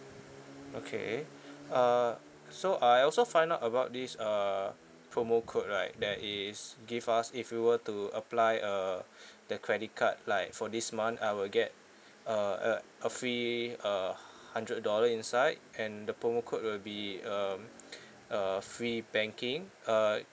okay uh so I also find out about this uh promo code right that is give us if we were to apply uh the credit card like for this month I will get a a a free uh hundred dollar inside and the promo code will be um uh free banking uh